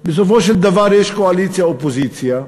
בסופו של דבר יש קואליציה אופוזיציה,